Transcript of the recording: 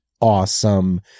awesome